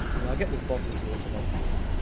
well, i get this bottle of water that's here,